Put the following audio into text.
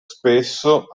spesso